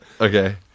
Okay